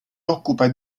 occupa